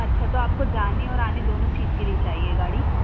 अच्छा तो आपको जाने और आने दोनों चीज़ के लिए चाहिए गाड़ी